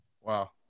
Wow